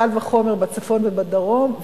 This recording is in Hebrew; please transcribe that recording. קל וחומר בצפון ובדרום.